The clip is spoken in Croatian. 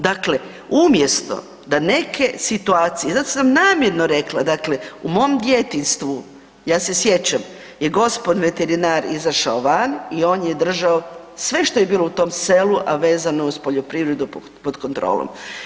Dakle, umjesto da neke situacije zato sam namjerno rekla, dakle u mom djetinjstvu ja se sjećam je gospon veterinar izašao van i on je držao sve što je bilo u tom selu a vezano uz poljoprivredu pod kontrolom.